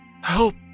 Help